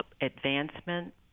advancement